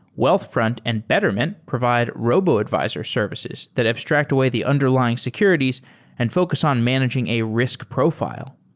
wealthfront and betterment provide robo advisor services that abstract away the underlying securities and focus on managing a risk profi le.